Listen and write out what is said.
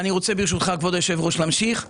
כבוד היושב-ראש, אני רוצה להמשיך ברשותך.